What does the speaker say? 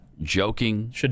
joking